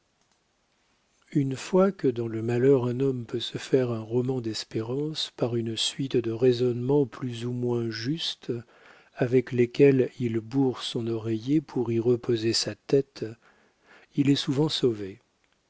une fois que dans le malheur un homme peut se faire un roman d'espérance par une suite de raisonnements plus ou moins justes avec lesquels il bourre son oreiller pour y reposer sa tête il est souvent sauvé